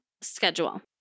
schedule